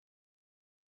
sorry